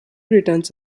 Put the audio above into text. returns